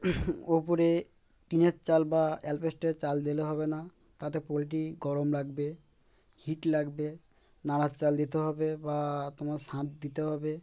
ওপরে টিনের চাল বা অ্যালপেস্টের চাল দলে হবে না তাতে পোলট্রি গরম লাগবে হিট লাগবে নাড়ার চাল দিতে হবে বা তোমার ছাদ দিতে হবে